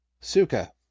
Suka